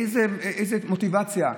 איזה מוטיבציה,